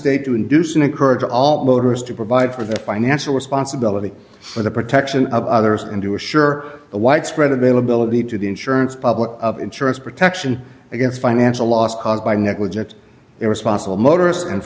state to induce in occurred to all voters to provide for their financial responsibility for the protection of others and to assure the widespread availability to the insurance public insurance protection against financial loss caused by negligence irresponsible motorists and